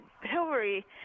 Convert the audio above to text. Hillary